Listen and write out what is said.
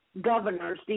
governors